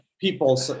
people